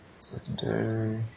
Secondary